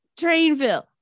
Trainville